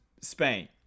Spain